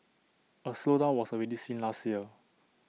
A slowdown was already seen last year